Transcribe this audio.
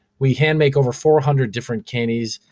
we hand make over four hundred different candies,